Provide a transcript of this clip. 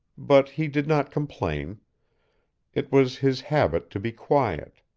but he did not complain it was his habit to be quiet